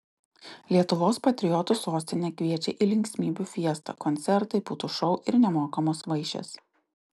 lietuvos patriotų sostinė kviečia į linksmybių fiestą koncertai putų šou ir nemokamos vaišės